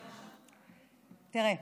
תראה,